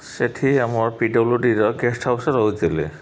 ସେଠି ଆମର ପିଡବ୍ଲୁଡ଼ିର ଗେଷ୍ଟ ହାଉସ୍ ରହୁଥିଲେ